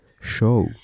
show